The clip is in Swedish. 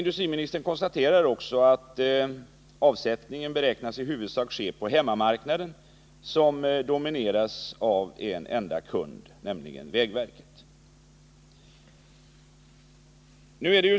Industriministern konstaterar emellertid också att avsättningen i Hödddsäk beräknas ske på hemmamarknaden, som domineras av en enda kund, nämligen vägverket.